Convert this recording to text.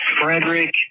Frederick